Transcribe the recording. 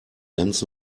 ganz